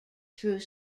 through